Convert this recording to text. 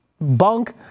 bunk